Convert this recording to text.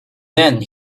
then